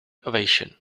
ovation